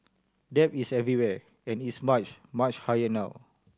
debt is everywhere and it's much much higher now